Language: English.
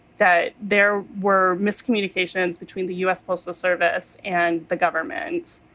that there were miscommunications between the us postal service and the government,